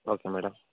okay madam